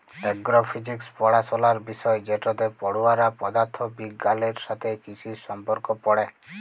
এগ্র physics পড়াশলার বিষয় যেটতে পড়ুয়ারা পদাথথ বিগগালের সাথে কিসির সম্পর্ক পড়ে